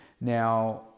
Now